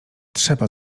trzeba